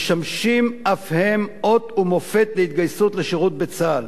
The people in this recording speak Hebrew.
משמש אף הוא אות ומופת להתגייסות לשירות בצה"ל.